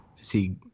see